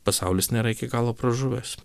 pasaulis nėra iki galo pražuvęs